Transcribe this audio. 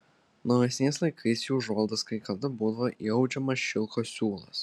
naujesniais laikais į užuolaidas kai kada būdavo įaudžiamas šilko siūlas